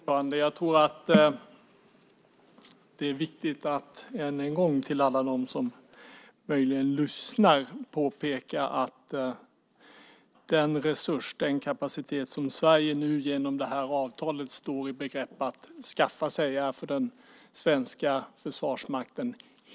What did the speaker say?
Fru talman! Jag tror att det är viktigt att än en gång påpeka för alla dem som möjligen lyssnar att den resurs, den kapacitet, som Sverige nu står i begrepp att skaffa sig genom det här avtalet är en helt ny förmåga för den svenska Försvarsmakten.